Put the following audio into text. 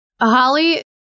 Holly